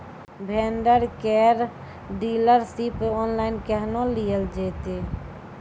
Vendor केर dealership online केहनो लियल जेतै?